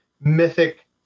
mythic